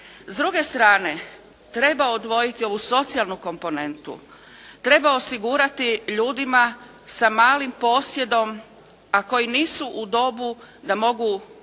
S druge strane treba odvojiti ovu socijalnu komponentu. Treba osigurati ljudi sa malim posjedom a koji nisu u dobu da mogu,